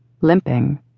Limping